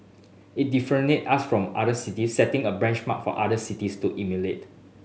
it differentiate us from other cities setting a benchmark for other cities to emulate